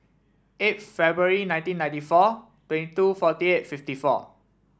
eight February nineteen ninety four twenty two forty eight fifty four